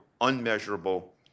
unmeasurable